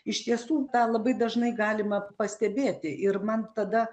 iš tiesų tą labai dažnai galima pastebėti ir man tada